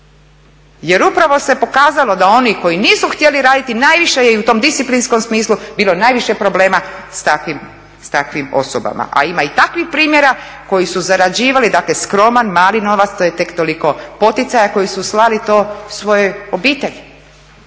Jer upravo se pokazalo da oni koji nisu htjeli raditi najviše je i u tom disciplinskom smislu bilo najviše problema sa takvim osobama, a ima i takvih primjera koji su zarađivali dakle skroman, mali novac. To je tek toliko poticaja koji su slali to svojoj obitelji.